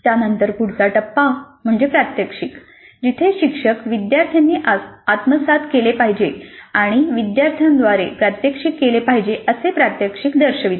त्यानंतर पुढचा टप्पा म्हणजे प्रात्यक्षिक जिथे शिक्षक विद्यार्थ्यांनी आत्मसात केले पाहिजे आणि विद्यार्थ्यांद्वारे प्रात्यक्षिक केले पाहिजे असे प्रात्यक्षिक दर्शवितात